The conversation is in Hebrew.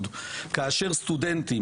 כאשר אני